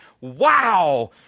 wow